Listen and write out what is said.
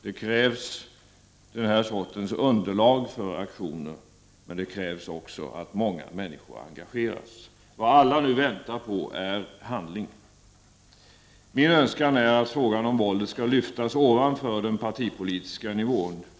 Det krävs den här sortens underlag för aktioner, men det krävs också att många människor engageras. Vad alla nu väntar på är handling. Min önskan är att frågan om våldet skall lyftas ovanför den partipolitiska nivån.